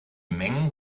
mengen